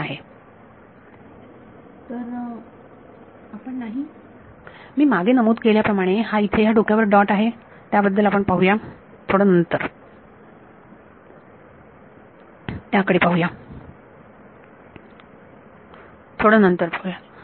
विद्यार्थी तर आपण नाही मी मागे नमूद केल्याप्रमाणे या इथे हा डोक्यावर डॉट आहे त्याबद्दल आपण पाहूया थोडं नंतर त्याकडे पाहू या